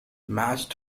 matched